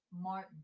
Martin